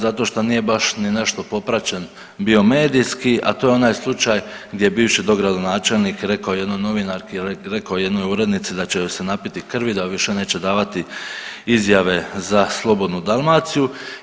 Zato što nije baš ni nešto popraćen bio medijski, a to je onaj slučaj gdje je bivši dogradonačelnik rekao jednoj novinarki i rekao jednoj urednici da će joj se napiti krvi da više neće davati izjave za Slobodnu Dalmaciju.